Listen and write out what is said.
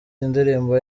ndirimbo